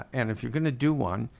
and if you're gonna do one,